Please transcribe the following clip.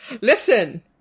Listen